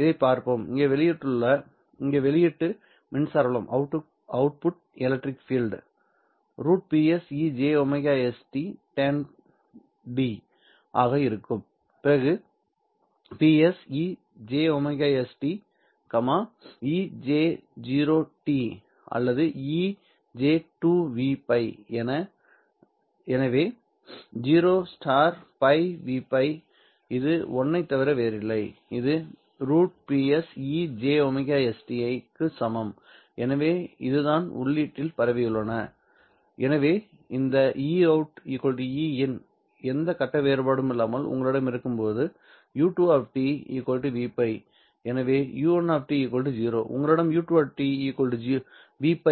இதைப் பார்ப்போம் இங்கே வெளியீட்டு மின்சார புலம் √Ps e jωs tand ஆக இருக்கும் பிறகு Ps e jωs t e j0 t அல்லது e j2V π எனவே 0 π V π இது 1 ஐத் தவிர வேறில்லை இது √Ps e jωs t க்கு சமம் எனவே இது தான் உள்ளீட்டில் பரவியுள்ளன எனவே இந்த Eout Ein எந்த கட்ட வேறுபாடும் இல்லாமல் உங்களிடம் இருக்கும்போது u2 V π எனவே u1 0 உங்களிடம் u2 Vπ